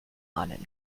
ahnen